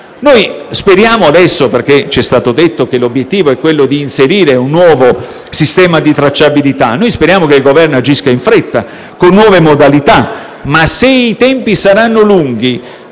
maniera indisturbata. Ci è stato detto che adesso l'obiettivo è quello di inserire un nuovo sistema di tracciabilità e noi speriamo che il Governo agisca in fretta, con nuove modalità. Ma se i tempi saranno lunghi,